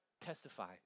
testify